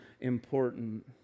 important